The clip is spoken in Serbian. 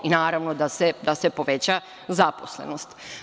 Naravno, i da se poveća zaposlenost.